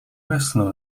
westchnął